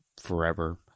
forever